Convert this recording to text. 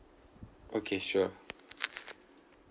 okay sure